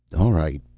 all right.